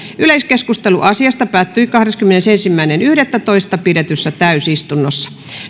yleiskeskustelu asiasta päättyi kahdeskymmenesensimmäinen yhdettätoista kaksituhattakahdeksantoista pidetyssä täysistunnossa